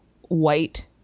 white